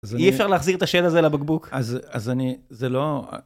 ‫אי אפשר להחזיר את השד הזה לבקבוק? ‫-אז אני... זה לא...